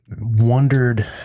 wondered